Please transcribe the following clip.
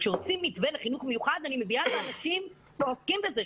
כשעושים מתווה לחינוך מיוחד אני מביאה את האנשים שעוסקים בזה,